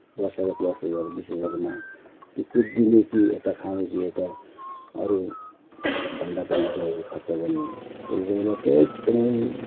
वर्षको दस हजार बिस हजारमा त्यो कुत दिने कि यता खाने कि यता अरूभन्दा बढी खर्च गर्ने त्योबेला चाहिँ एकदमै